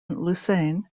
lausanne